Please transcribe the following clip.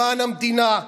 למען המדינה,